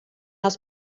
els